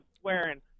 swearing